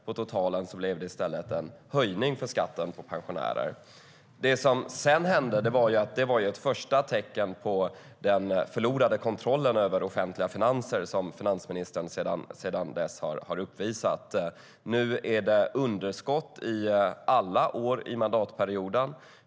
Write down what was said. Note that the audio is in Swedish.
På totalen blev det i stället en höjning av skatten för pensionärer. Det som sedan hände var ett första tecken på den förlorade kontrollen över offentliga finanser som finansministern sedan dess har uppvisat. Nu är det underskott under alla år i mandatperioden.